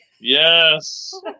Yes